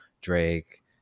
Drake